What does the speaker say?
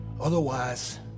Otherwise